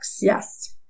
Yes